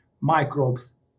microbes